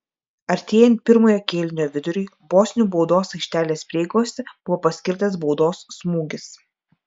artėjant pirmojo kėlinio viduriui bosnių baudos aikštelės prieigose buvo paskirtas baudos smūgis